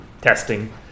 testing